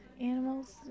animals